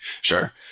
Sure